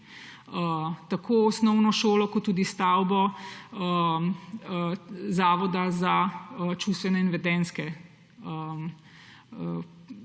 tako osnovno šolo kot tudi stavbo zavoda za čustvene in vedenjske